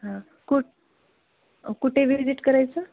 हा कुठे अ कुठे विजिट करायचं